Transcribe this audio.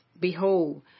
Behold